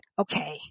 okay